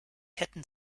hätten